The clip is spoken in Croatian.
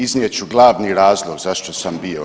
Iznijet ću glavni razlog zašto sam bio.